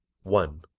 one.